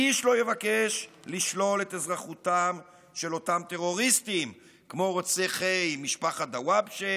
איש לא יבקש לשלול את אזרחותם של אותם טרוריסטים כמו רוצחי משפחת דוואבשה